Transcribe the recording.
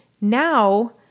Now